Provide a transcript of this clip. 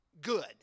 good